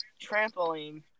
trampoline